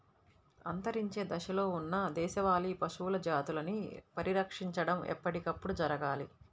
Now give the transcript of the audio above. అంతరించే దశలో ఉన్న దేశవాళీ పశువుల జాతులని పరిరక్షించడం ఎప్పటికప్పుడు జరగాలి